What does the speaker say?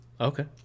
Okay